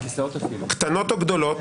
קטנות או גדולות,